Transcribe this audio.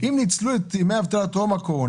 אם הם ניצלו את ימי האבטלה טרום הקורונה